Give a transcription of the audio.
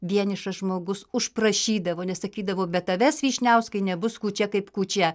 vienišas žmogus užprašydavo nes sakydavo be tavęs vyšniauskai nebus kūčia kaip kūčia